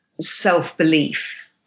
self-belief